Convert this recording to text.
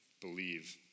believe